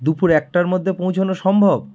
দুপুর একটার মধ্যে পৌঁছানো সম্ভব